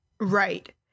Right